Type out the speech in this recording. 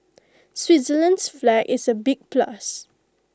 Switzerland's flag is A big plus